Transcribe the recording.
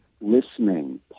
listening